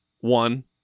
one